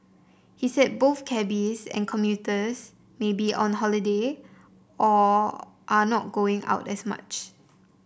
he said both cabbies and commuters may be on holiday or are not going out as much